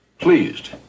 pleased